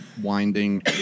winding